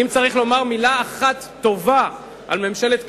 אם צריך לומר מלה אחת טובה על ממשלת קדימה,